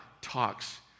talks